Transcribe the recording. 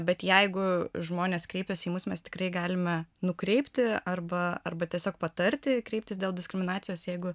bet jeigu žmonės kreipiasi į mus mes tikrai galime nukreipti arba arba tiesiog patarti kreiptis dėl diskriminacijos jeigu